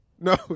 No